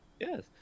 Yes